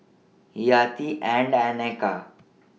Hayati Ain and Eka